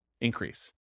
increase